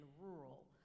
rural